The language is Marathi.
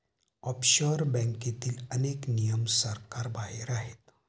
ऑफशोअर बँकेतील अनेक नियम सरकारबाहेर आहेत